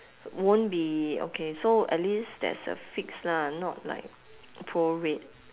won't be okay so at least there's a fixed lah not like prorate